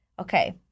okay